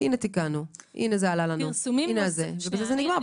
ולהראות לכם שתיקנו ובזה זה נגמר.